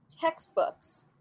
textbooks